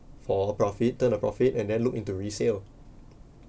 for profit turn a profit and then look into resale